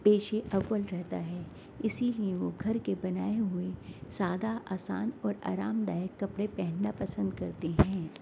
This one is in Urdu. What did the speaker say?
پیش اول رہتا ہے اسی لیے وہ گھر کے بنائے ہوئے سادہ آسان اور آرام دائک کپڑے پہننا پسند کرتے ہیں